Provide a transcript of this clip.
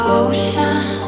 ocean